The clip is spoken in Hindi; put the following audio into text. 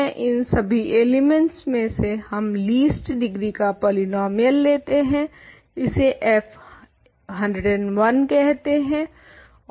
इन सभी एलिमेंट्स में से हम लीस्ट डिग्री का पॉलीनोमियल लेते हैं इसे f101 कहते हैं